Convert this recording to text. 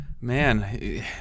Man